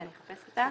אני אחפש אותה.